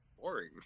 boring